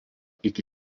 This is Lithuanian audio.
iki